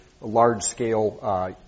large-scale